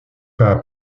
pas